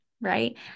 right